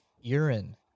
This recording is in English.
urine